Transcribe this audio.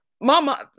Mama